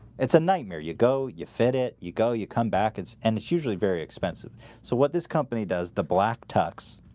it's a nightmare you go you fit it you go you come back it's and it's usually very expensive so what this company does the black tux